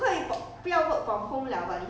也不是太懒 ah 就